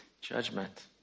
judgment